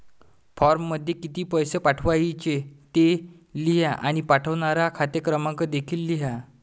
फॉर्ममध्ये किती पैसे पाठवायचे ते लिहा आणि पाठवणारा खाते क्रमांक देखील लिहा